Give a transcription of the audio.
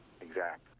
exact